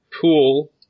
pool